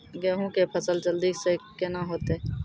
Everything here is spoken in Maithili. गेहूँ के फसल जल्दी से के ना होते?